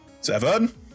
Seven